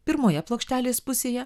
pirmoje plokštelės pusėje